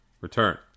return